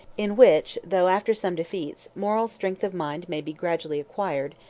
in which, though after some defeats, moral strength of mind may be gradually acquired,